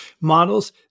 models